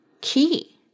key